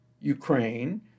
Ukraine